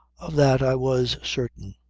of that i was certain.